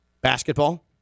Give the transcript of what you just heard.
Basketball